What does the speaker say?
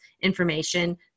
information